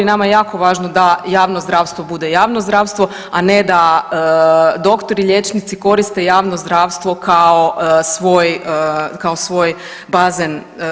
Nama je jako važno da javno zdravstvo bude javno zdravstvo, a ne da doktori i liječnici koriste javno zdravstvo kao svoj, kao svoj bazen.